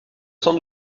sans